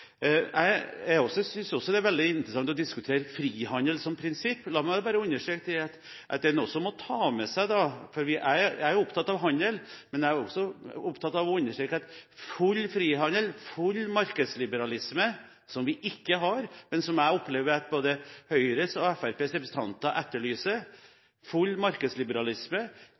jeg håper skal vedtas. Jeg synes også det er veldig interessant å diskutere frihandel som prinsipp. Men jeg er også opptatt av å understreke – for jeg er opptatt av handel – at en også må ta med seg at full frihandel, full markedsliberalisme, som vi ikke har, men som jeg opplever at både Høyres og Fremskrittspartiets representanter etterlyser,